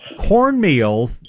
Cornmeal